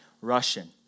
Russian